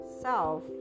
self